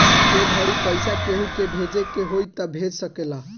ए घड़ी पइसा केहु के भेजे के होई त भेज सकेल